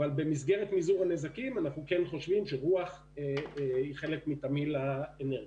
ובמסגרת מזעור הנזקים אנחנו חושבים שרוח היא חלק מתמהיל האנרגיה.